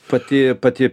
pati pati